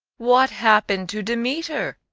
what happened to demeter?